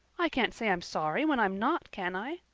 i can't say i'm sorry when i'm not, can i?